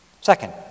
Second